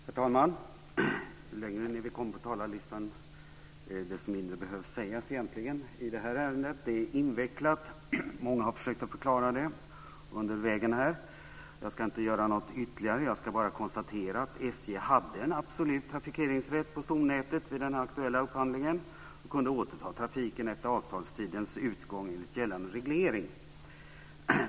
Herr talman! Ju längre ned vi kommer på talarlistan, desto mindre behöver sägas i det här ärendet. Det är invecklat. Många har försökt att förklara det, men jag ska inte göra något ytterligare försök. Jag konstaterar bara att SJ hade en absolut trafikeringsrätt på stomnätet vid den aktuella upphandlingen och kunde återta trafiken efter avtalstidens utgång enligt gällande reglering.